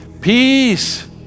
Peace